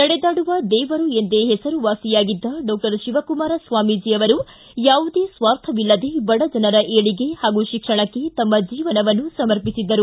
ನಡೆದಾಡುವ ದೇವರು ಎಂದೇ ಹೆಸರುವಾಸಿಯಾಗಿದ್ದ ಡಾಕ್ಷರ್ ಶಿವಕುಮಾರ್ ಸ್ವಾಮೀಜಿ ಅವರು ಯಾವುದೇ ಸ್ವಾರ್ಥವಿಲ್ಲದೇ ಬಡ ಜನರ ಏಳಿಗೆ ಹಾಗೂ ಶಿಕ್ಷಣಕ್ಕೆ ತಮ್ಮ ಜೀವನವನ್ನು ಸಮರ್ಪಿಸಿದ್ದರು